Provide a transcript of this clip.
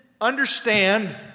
understand